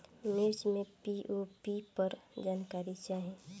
मिर्च मे पी.ओ.पी पर जानकारी चाही?